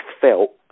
felt